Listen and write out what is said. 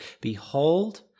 Behold